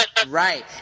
Right